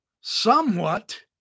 somewhat